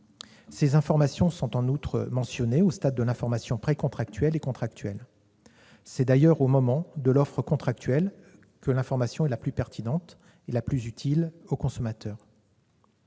ces informations sont mentionnées au stade de l'information précontractuelle et contractuelle. C'est d'ailleurs au moment de l'offre contractuelle que l'information est la plus pertinente et la plus utile pour les consommateurs.